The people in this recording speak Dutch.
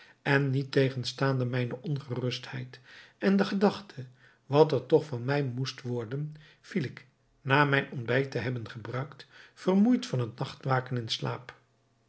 en niettegenstaande mijne ongerustheid en de gedachte wat er toch van mij moest worden viel ik na mijn ontbijt te hebben gebruikt vermoeid van het nachtwaken in slaap